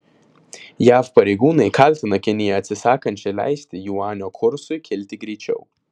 jav pareigūnai kaltina kiniją atsisakančią leisti juanio kursui kilti greičiau